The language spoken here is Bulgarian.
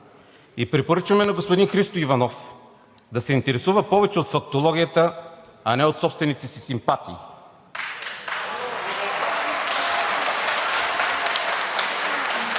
и препоръчваме на господин Христо Иванов да се интересува повече от фактологията, а не от собствените си симпатии.